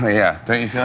ah yeah. don't you